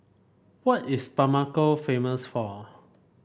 what is Bamako famous for